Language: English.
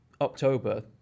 October